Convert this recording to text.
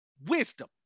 wisdom